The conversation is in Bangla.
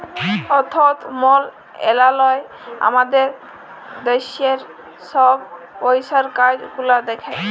অথ্থ মলত্রলালয় আমাদের দ্যাশের ছব পইসার কাজ গুলা দ্যাখে